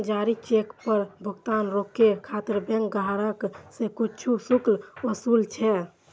जारी चेक पर भुगतान रोकै खातिर बैंक ग्राहक सं किछु शुल्क ओसूलै छै